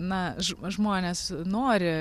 na žmonės nori